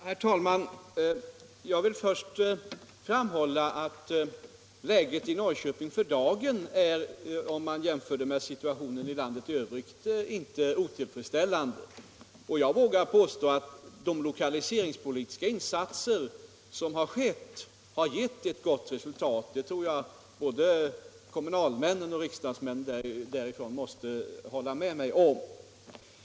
Herr talman! Jag vill först framhålla att läget i Norrköping för dagen - om man jämför med situationen i landet i övrigt — inte är otillfredsställande. Jag vågar påstå att de lokaliseringspolitiska insatser som gjorts i Norrköping har gett ett gott resultat. Det tror jag både kommunalmän och riksdagsmän därifrån måste hålla med mig om.